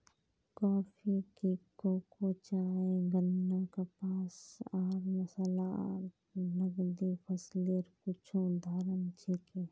coffee, cocoa, चाय, गन्ना, कपास आर मसाला नकदी फसलेर कुछू उदाहरण छिके